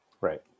Right